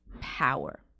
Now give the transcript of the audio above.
power